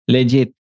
Legit